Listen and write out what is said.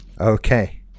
okay